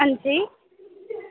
अंजी